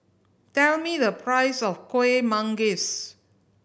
tell me the price of Kuih Manggis